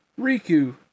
Riku